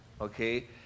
Okay